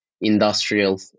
industrial